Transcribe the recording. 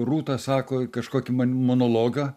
rūta sako kažkokį man monologą